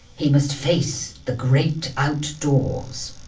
he must face the great outdoors.